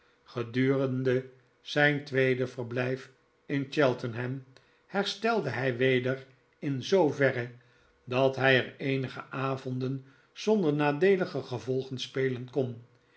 gedurende zijn tweede verblijf in cheltenham herstelde hij weder in zooverre dat hij er eenige avonden zonder nadeelige gevolgen spelen kon